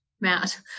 Matt